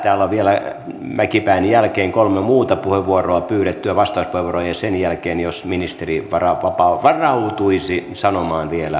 täällä on vielä mäkipään jälkeen kolme muuta pyydettyä vastauspuheenvuoroa ja sen jälkeen jos ministeri varautuisi sanomaan vielä muutaman sanasen